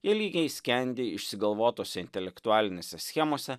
jie lygiai skendi išsigalvotose intelektualinėse schemose